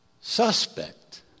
suspect